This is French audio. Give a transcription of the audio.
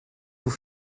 vous